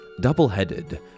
double-headed